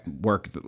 work